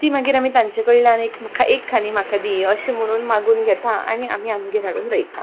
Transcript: ती मागीर आमी तांचे कडल्यान एक एक खांदी म्हाका दी अशें म्हणून मागून घेता आनी आमी आमगेर हाडून रयता